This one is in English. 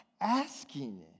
asking